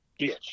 bitch